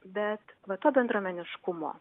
bet va to bendruomeniškumo